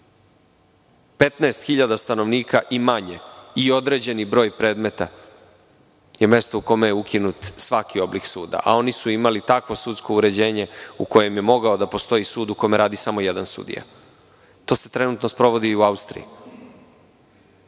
hiljada stanovnika i manje i određeni broj predmeta je mesto u kome je ukinut svaki oblik suda, a oni su imali takvo sudsko uređenje u kojem je mogao da postoji sud u kome radi samo jedan sudija. To se trenutno sprovodi i u Austriji.